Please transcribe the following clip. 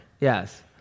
Yes